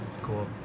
Cool